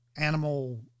animal